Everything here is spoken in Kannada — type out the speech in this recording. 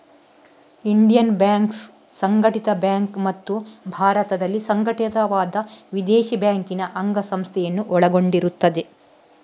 ಇಂಡಿಯನ್ ಬ್ಯಾಂಕ್ಸ್ ಸಂಘಟಿತ ಬ್ಯಾಂಕ್ ಮತ್ತು ಭಾರತದಲ್ಲಿ ಸಂಘಟಿತವಾದ ವಿದೇಶಿ ಬ್ಯಾಂಕಿನ ಅಂಗಸಂಸ್ಥೆಯನ್ನು ಒಳಗೊಂಡಿರುತ್ತದೆ